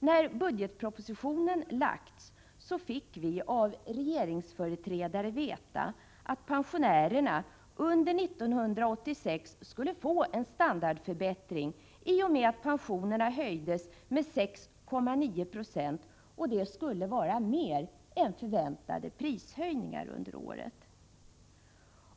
När budgetpropositionen lagts fram fick vi av regeringsföreträdare veta att pensionärerna under 1986 skulle få en standardförbättring, i och med att pensionerna höjdes med 6,9 96, vilket skulle vara mer än förväntade prishöjningar under året.